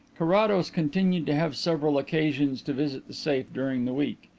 carrados continued to have several occasions to visit the safe during the week,